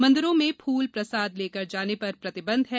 मंदिरों में फूल प्रसाद लेकर जाने पर प्रतिबंध है